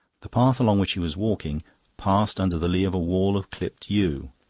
the path along which he was walking passed under the lee of a wall of clipped yew.